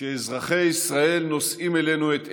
כשאזרחי ישראל נושאים אלינו את עיניהם,